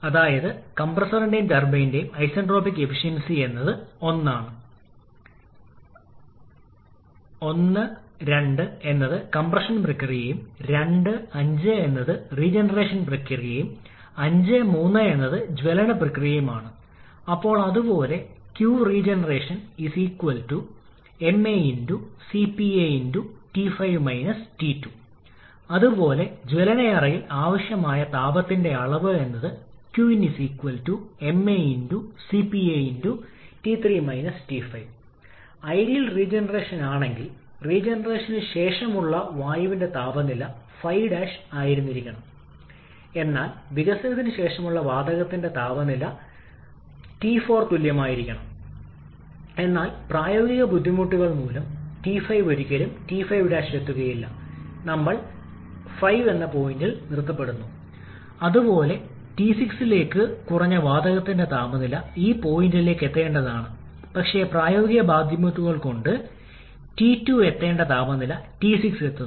അതിനാൽ കംപ്രസ്സറിന് ആവശ്യമായ വർക്ക് ഇൻപുട്ട് നിർദ്ദിഷ്ട ജോലികൾക്ക് തുല്യമായിരിക്കണം ഉയർന്ന മർദ്ദമുള്ള ടർബൈൻ നിർമ്മിക്കുന്ന ജോലി ഇതിന് തുല്യമായിരിക്കണം ഇപ്പോൾ ഇവ രണ്ടും പരസ്പരം തുല്യമായിരിക്കണം അപ്പോൾ നമുക്ക് ലഭിക്കാൻ പോകുന്ന നെറ്റ്വർക്ക് output ട്ട്പുട്ട് രണ്ടാമത്തെ ടർബൈൻ ഉൽപാദിപ്പിക്കുന്ന ലോ പ്രഷർ ടർബൈൻ ഉൽപാദിപ്പിക്കുന്നതിന് തുല്യമാണ് ഇത് കണക്കാക്കാം അതിനാൽ കംപ്രസ്സർ വർക്ക് ആവശ്യകത മാത്രം ഉൽപാദിപ്പിക്കുന്ന ഒരു ടർബൈൻ ലഭിക്കുന്നതിന് ചിലപ്പോൾ നമ്മൾ ഒരു പവർ ടർബൈൻ ഉപയോഗിക്കാം കൂടാതെ മറ്റ് ടർബൈനുകൾ ജനറേറ്ററുമായി ചേർത്ത് നമ്മൾ തിരയുന്ന വാണിജ്യ power ട്ട്പുട്ട് നൽകുന്നു